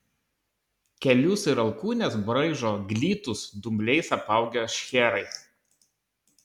kelius ir alkūnes braižo glitūs dumbliais apaugę šcherai